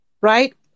right